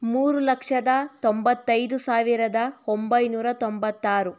ಮೂರು ಲಕ್ಷದ ತೊಂಬತ್ತೈದು ಸಾವಿರದ ಒಂಬೈನೂರ ತೊಂಬತ್ತಾರು